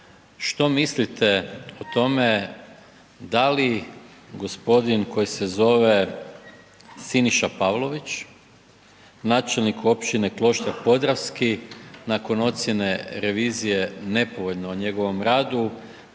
što mislite o tome da li gospodin koji se zove Siniša Pavlović, načelnik općine Kloštar Podravski nakon ocjene revizije nepovoljno o njegovom radu,